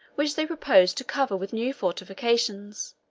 which they proposed to cover with new fortifications